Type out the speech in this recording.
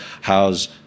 How's